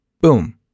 boom